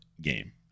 game